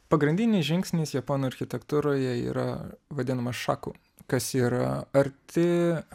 pagrindinis žingsnis japonų architektūroje yra vadinamas šaku kas yra arti